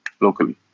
locally